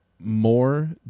more